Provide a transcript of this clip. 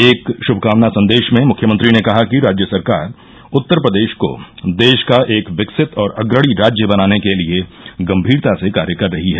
एक शुभकामना संदेश में मुख्यमंत्री ने कहा कि राज्य सरकार उत्तर प्रदेश को देश का एक विकसित और अग्रणी राज्य बनाने के लिये गंभीरता से कार्य कर रही है